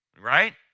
right